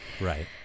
Right